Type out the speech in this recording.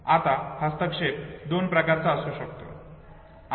आता हस्तक्षेप दोन प्रकारचा असू शकतो